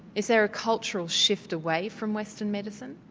is there a cultural shift away from western medicine?